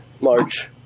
March